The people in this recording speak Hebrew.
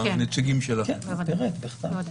כן, בוודאי.